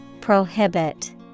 prohibit